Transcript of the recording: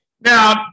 Now